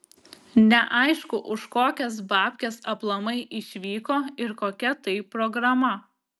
neaišku už kokias babkes aplamai išvyko ir kokia tai programa